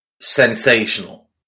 sensational